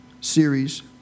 series